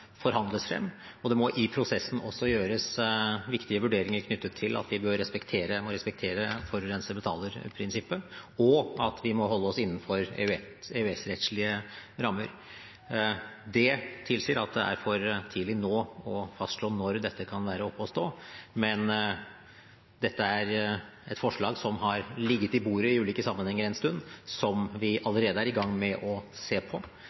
forhandles frem, og det må i prosessen også gjøres viktige vurderinger knyttet til at vi må respektere forurenser-betaler-prinsippet, og at vi må holde oss innenfor EØS-rettslige rammer. Det tilsier at det nå er for tidlig å fastslå når dette kan være oppe og stå, men dette er et forslag som har ligget på bordet i ulike sammenhenger en stund, og som vi allerede er i gang med å se på.